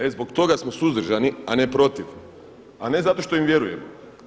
E zbog toga smo suzdržani, a ne protiv a ne zato što im vjerujemo.